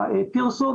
הפרסום,